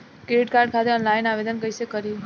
Credit card खातिर online आवेदन कइसे करि?